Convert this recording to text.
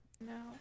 No